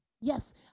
Yes